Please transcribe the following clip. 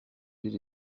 ville